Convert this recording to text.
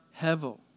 hevel